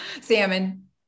Salmon